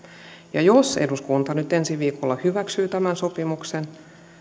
ja jos eduskunta nyt ensi viikolla hyväksyy tämän sopimuksen